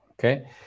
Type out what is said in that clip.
Okay